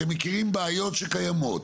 אתם מכירים בעיות שקיימות.